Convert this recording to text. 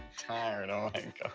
tired, oh,